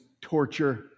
torture